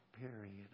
period